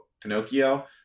Pinocchio